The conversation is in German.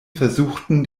versuchten